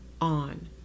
on